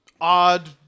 odd